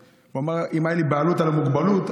אם הייתה לי בעלות על המוגבלות,